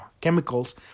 chemicals